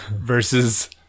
versus